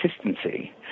consistency